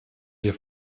wir